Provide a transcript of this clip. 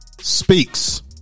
speaks